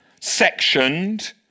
sectioned